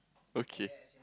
okay